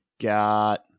got